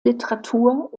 literatur